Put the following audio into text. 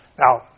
Now